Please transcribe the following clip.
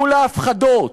מול ההפחדות,